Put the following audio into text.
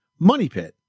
MONEYPIT